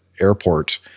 airport